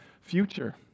future